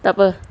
tak apa